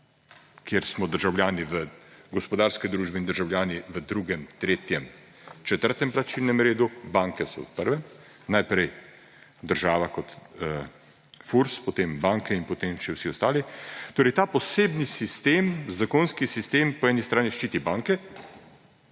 kjer smo gospodarske družbe in državljani v drugem, tretjem, četrtem plačilnem redu, banke so v prvem; najprej država kot Furs, potem banke in potem še vsi ostali. Torej, ta posebni sistem, zakonski sistem, po eni strani ščiti banke,